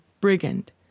brigand